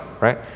right